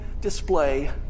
display